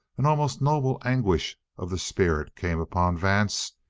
an almost noble anguish of the spirit came upon vance.